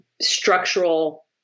structural